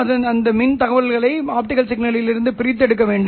அங்கு ωs என்பது உள்வரும் சமிக்ஞை அதிர்வெண்